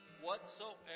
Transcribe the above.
Whatsoever